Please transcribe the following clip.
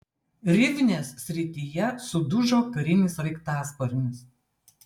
rivnės srityje sudužo karinis sraigtasparnis